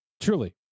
Truly